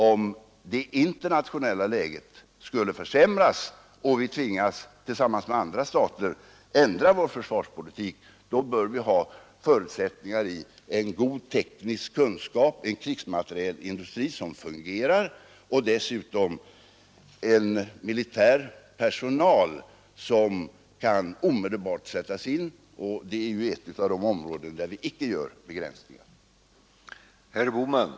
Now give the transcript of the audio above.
Om det internationella läget skulle försämras så att vi tillsammans med andra stater tvingas ändra försvarspolitiken bör vi ha förutsättningar härför i form av en god teknisk kunskap, en fungerande krigsmaterielindustri och dessutom en militär personal som omedelbart kan sättas in — och det sistnämnda området tillhör icke de avsnitt där vi gör begränsningar.